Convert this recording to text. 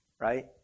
right